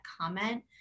comment